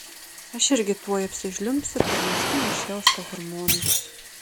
aš irgi tuoj apsižliumbsiu per nėštumą šėlsta hormonai